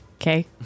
okay